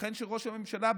ייתכן שראש הממשלה,